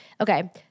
okay